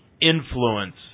influence